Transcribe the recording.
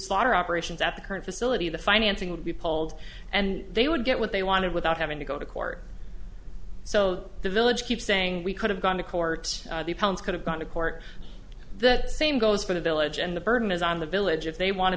slaughter operations at the current facility the financing would be pulled and they would get what they wanted without having to go to court so the village keeps saying we could have gone to court the parents could have gone to court the same goes for the village and the burden is on the village if they want